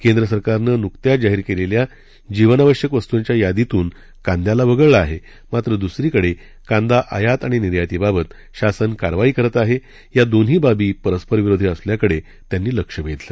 केंद्र सरकारनं नुकत्याच जाहीर केलेल्या जीवनावश्यक वस्तूंच्या यादीतून कांद्याला वगळलं आहे मात्र दुसरीकडे कांदा आयात आणि निर्यातीबाबत शासन कार्यवाही करत आहे या दोन्ही बाबी परस्परविरोधी असल्याकडे त्यांनी लक्ष वेधलं